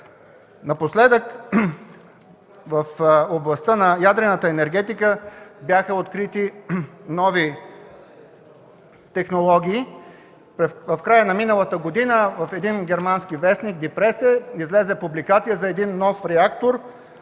Напоследък в областта на ядрената енергетика бяха открити нови технологии. В края на миналата година в един германски вестник – „Ди Пресе”, излезе публикация за един нов реактор